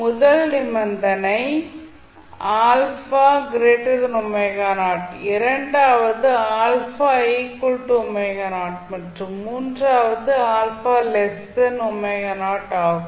முதல் நிபந்தனை இரண்டாவது மற்றும் மூன்றாவது ஆகும்